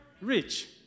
rich